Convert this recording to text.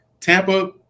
Tampa